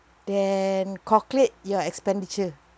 then calculate your expenditure